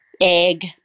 egg